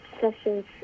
sessions